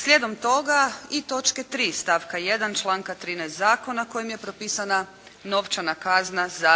Slijedom toga i točke 3. stavka 1. članka 13. zakona kojim je propisana novčana kazna za